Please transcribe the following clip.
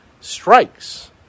strikes